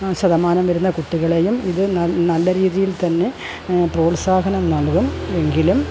ശതമാനം വരുന്ന കുട്ടികളെയും ഇത് ന നല്ല രീതിയിൽ തന്നെ പ്രോത്സാഹനം നൽകും എങ്കിലും